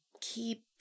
keep